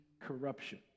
corruption